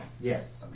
Yes